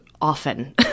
often